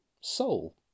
soul